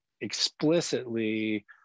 Explicitly